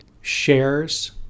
shares